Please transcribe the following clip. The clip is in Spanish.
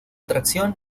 tracción